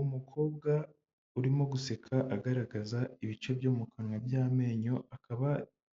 Umukobwa urimo guseka agaragaza ibice byo mu kanwa by'amenyo, akaba